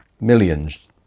millions